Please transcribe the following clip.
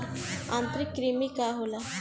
आंतरिक कृमि का होला?